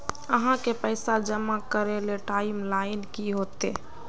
आहाँ के पैसा जमा करे ले टाइम लाइन की होते?